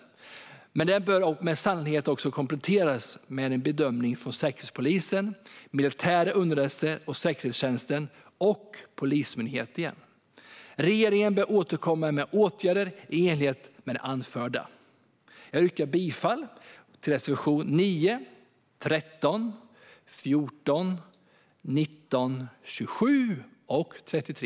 Den bör sannolikt också kompletteras med en bedömning från Säkerhetspolisen, den militära underrättelse och säkerhetstjänsten och Polismyndigheten. Regeringen bör återkomma med åtgärder i enlighet med det anförda. Jag yrkar bifall till reservationerna 9, 13, 14, 19, 27 och 33.